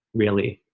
really?